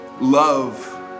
love